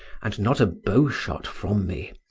and not a bow-shot from me,